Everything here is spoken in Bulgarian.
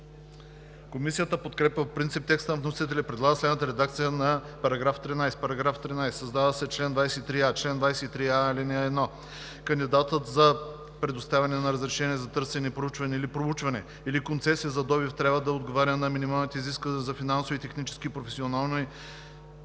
Комисията подкрепя по принцип текста на вносителя и предлага следната редакция на § 13: „§ 13. Създава се чл. 23а: „Чл. 23а. (1) Кандидатът за предоставяне на разрешение за търсене и проучване или за проучване, или концесия за добив трябва да отговаря на минималните изисквания за финансови, технически и професионални